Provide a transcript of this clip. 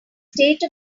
state